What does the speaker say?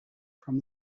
from